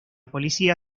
policía